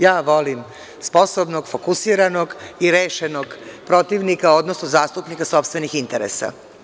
Ja volim sposobnog, fokusiranog i rešenog protivnika, odnosno zastupnika sopstvenih interesa.